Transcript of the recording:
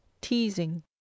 teasing